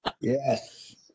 Yes